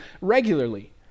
regularly